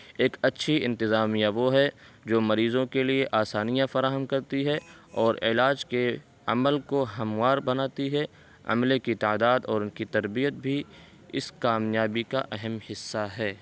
ایک اچھی انتظامیہ وہ ہے جو مریضوں کے لیے آسانیاں فراہم کرتی ہے اور علاج کے عمل کو ہموار بناتی ہے عملے کی تعداد اور ان کی تربیت بھی اس کامیابی کا اہم حصہ ہے